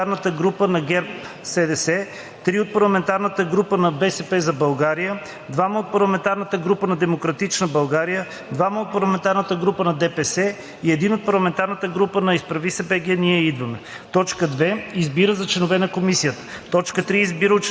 4 от парламентарната група на ГЕРБ-СДС, 3 от парламентарната група на „БСП за България“, 2 от парламентарната група на „Демократична България“, 2 от парламентарната група на ДПС, 1 от парламентарната група на „Изправи се БГ! Ние идваме!“. 2. Избира за членове на Комисията:…